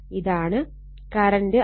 ഇതാണ് current I